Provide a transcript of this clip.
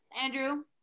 Andrew